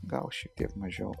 gal šiek tiek mažiau